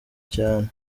cyane